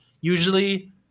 usually